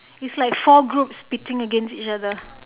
is like four groups pitting against each other